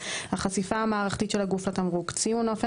6. החשיפה המערכתית של הגוף לתמרוק: 6.1. ציון אופן